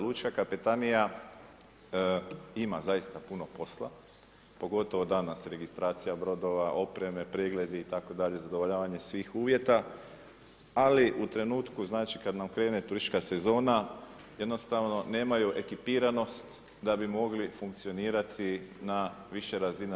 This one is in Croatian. Lučka kapetanija ima puno posla, pogotovo danas, registracija brodova, oprema, pregledi, itd. zadovoljavanje svih uvjeta, ali u trenutku, znači kada nam krene turistička sezona, jednostavno nemaju ekipiranost, da bi mogli funkcionirati na više razina.